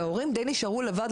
וההורים דיי נשארו לבד,